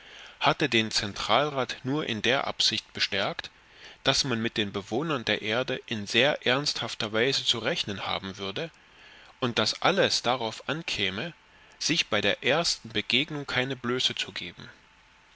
hatte den zentralrat nur in der ansicht bestärkt daß man mit den bewohnern der erde in sehr ernsthafter weise zu rechnen haben würde und daß alles darauf ankäme sich bei der ersten begegnung keine blöße zu geben